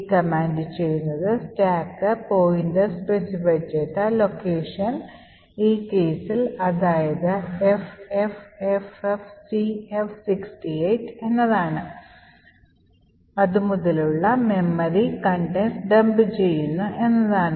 ഈ കമാൻഡ് ചെയ്യുന്നത് stack pointer Specify ചെയ്ത ലൊക്കേഷൻ ഈ കേസിൽ അത് ffffcf68 എന്നതാണ് മുതലുള്ള മെമ്മറി contents dump ചെയ്യുന്നു എന്നതാണ്